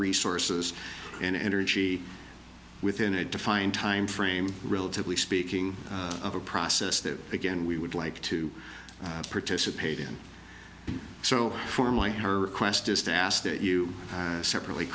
resources and energy within a defined timeframe relatively speaking of a process that again we would like to participate in so for my her quest is to ask that you separately